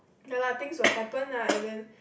ya lah things to happen lah and then